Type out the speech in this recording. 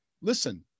listen